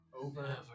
Over